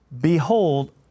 behold